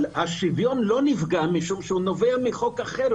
השוויון לא נפגע משום שהוא נובע מחוק אחר,